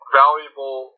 valuable